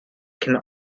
can